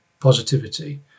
positivity